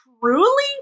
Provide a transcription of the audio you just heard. truly